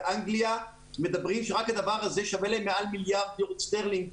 באנגליה מדברים על כך שרק הדבר הזה שווה מעל מיליארד לירות שטרלינג,